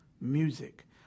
music